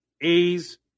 A's